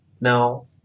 Now